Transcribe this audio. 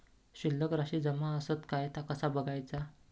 शिल्लक राशी जमा आसत काय ता कसा बगायचा?